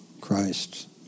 Christ